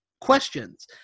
questions